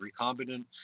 recombinant